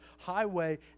highway